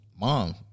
mom